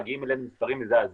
מגיעים אלינו עם דברים מזעזעים.